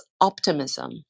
optimism